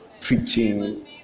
preaching